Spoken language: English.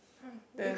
then